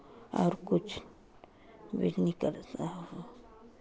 और कुछ बिजनेस करता हूँ